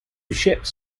ships